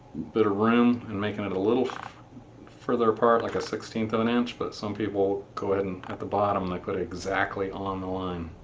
bit of room and making it a little further apart like a sixteenth of an inch. but some people go ahead and at the bottom and they put exactly on the line.